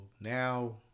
now